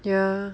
ya